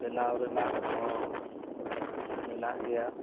ᱵᱮᱱᱟᱣ ᱨᱮᱱᱟᱜᱦᱚᱸ ᱢᱮᱱᱟᱜ ᱜᱮᱭᱟ